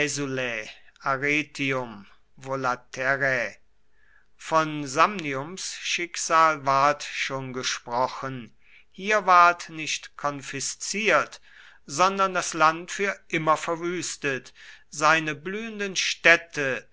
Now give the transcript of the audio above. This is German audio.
volaterrae von samniums schicksal ward schon gesprochen hier ward nicht konfisziert sondern das land für immer verwüstet seine blühenden städte